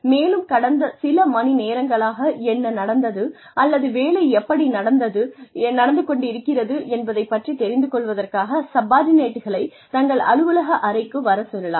மேலும் கடந்த சில மணி நேரங்களாக என்ன நடந்தது அல்லது வேலை எப்படி நடந்து கொண்டிருக்கிறது என்பதைப் பற்றித் தெரிந்து கொள்வதற்காக சப்பார்ட்டினேட்களை தங்கள் அலுவலக அறைக்கு வரச் சொல்லலாம்